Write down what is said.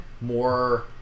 more